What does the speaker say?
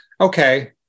okay